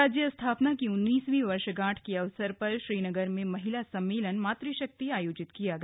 राज्य स्थापना की उन्नीसवीं वर्षगांठ के अवसर पर श्रीनगर में महिला सम्मेलन मातृशक्ति आयोजित किया गया